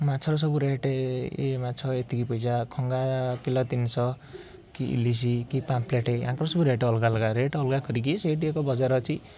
ମାଛର ସବୁ ରେଟ୍ ଏ ମାଛ ଏତିକି ପଇସା ଖଅଙ୍ଗା କିଲୋ ତିନିଶହ କି ଇଲିସି କି ପାମ୍ପଲେଟ୍ ଆଙ୍କର ସବୁ ରେଟ୍ ଅଲଗା ଅଲଗା ରେଟ୍ ଅଲଗା କରିକି ସେଇଟି ଏକ ବଜାର ଅଛି